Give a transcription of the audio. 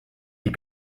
die